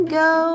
go